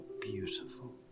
beautiful